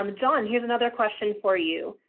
um john, here's another question for you.